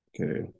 Okay